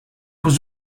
was